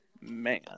man